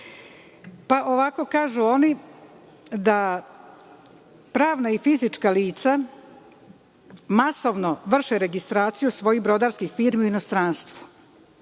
radi. Ovako kažu oni da pravna i fizička lica masovno vrše registraciju svojih brodarskih firmi u inostranstvu,